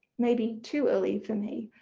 maybe too early for me?